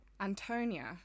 Antonia